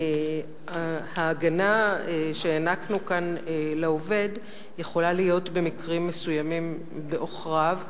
ההגנה שהענקנו כאן לעובד יכולה להיות במקרים מסוימים בעוכריו,